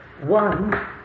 One